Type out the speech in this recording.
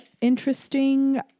interesting